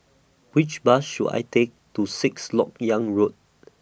Which Bus should I Take to Sixth Lok Yang Road